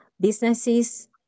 businesses